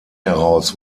heraus